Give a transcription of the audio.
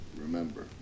remember